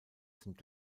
sind